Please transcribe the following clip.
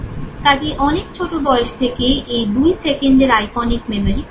কাজেই অনেক ছোট বয়স থেকেই এই দুই সেকেন্ডের আইকনিক মেমোরি কাজ করে